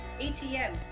ATM